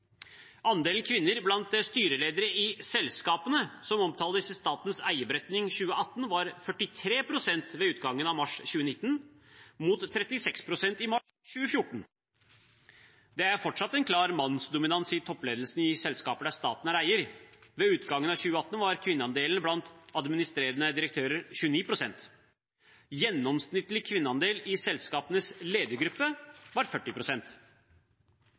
Andelen kvinner blant styreledere i selskapene, som omtales i statens eierberetning 2018, var 43 pst. ved utgangen av mars 2019 mot 36 pst. i mars 2014. Det er fortsatt en klar mannsdominans i toppledelsen i selskaper der staten er eier. Ved utgangen av 2018 var kvinneandelen blant administrerende direktører 29 pst. Gjennomsnittlig kvinneandel i selskapenes ledergruppe var